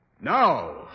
Now